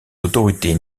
autorités